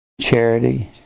charity